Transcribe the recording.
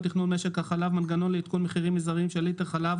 תכנון משק החלב (מנגנון לעדכון מחירים מזעריים של ליטר חלב),